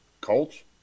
Colts